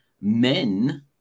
men